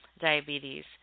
diabetes